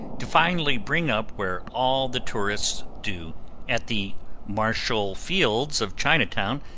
to finally bring up where all the tourists do at the marshall field's of chinatown,